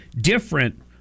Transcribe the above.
different